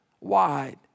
wide